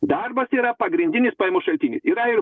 darbas yra pagrindinis pajamų šaltinis yra ir